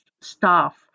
staff